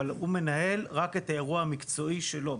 אבל הוא מנהל רק את האירוע המקצועי שלו,